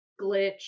glitch